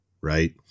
right